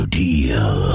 deal